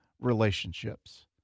relationships